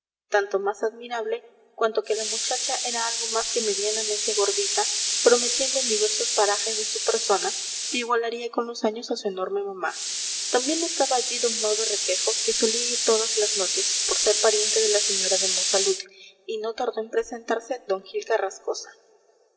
tanto más admirable cuanto que la muchacha era algo más que medianamente gordita prometiendo en diversos parajes de su persona que igualaría con los años a su enorme mamá también estaba allí d mauro requejo que solía ir todas las noches por ser pariente de la señora de monsalud y no tardó en presentarse don gil carrascosa